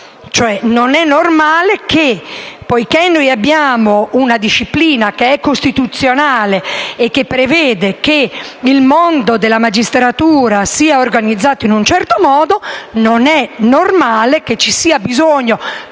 non è normale, o meglio poiché noi abbiamo una disciplina che è costituzionale e che prevede che il mondo della magistratura sia organizzato in un certo modo, non è normale che vi sia bisogno